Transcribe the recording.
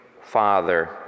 Father